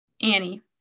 Annie